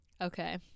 okay